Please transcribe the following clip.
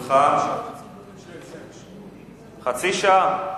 לרשותך חצי שעה.